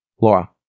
Laura